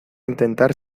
intentar